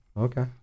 Okay